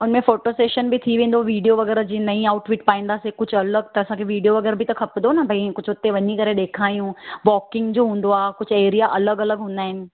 उनमें photo session बि थी वेंदो विडीओ वग़ैरह जीअं नईं आउटफिट पाईंदासीं कुझु अलॻि त असांखे विडीओ वग़ैरह बि त खपंदो न भई कुझु हुते वञी करे ॾेखारियूं वॉकींग जो हूंदो आहे एरिया अलॻि अलॻि हूंदा आहिनि